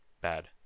Bad